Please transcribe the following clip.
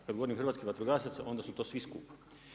Kad govorim hrvatskih vatrogasaca onda su to svi skupa.